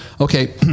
okay